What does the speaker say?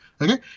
Okay